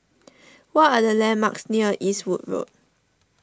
what are the landmarks near Eastwood Road